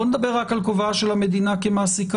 בוא נדבר רק על כובעה של המדינה כמעסיקה.